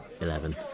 Eleven